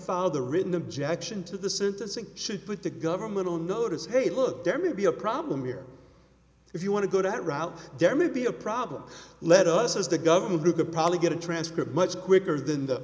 filed the written objection to the sentencing should put the government on notice hey look demi be a problem here if you want to go that route there may be a problem let us as the government you could probably get a transcript much quicker than the